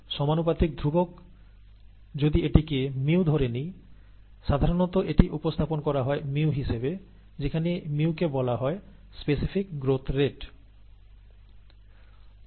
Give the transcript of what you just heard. সমানুপাতিক ধ্রুবক এটি সাধারণত মিউ দিয়ে উপস্থাপন করা হয় মিউকে স্পেসিফিক গ্রোথ রেট বলে